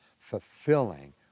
fulfilling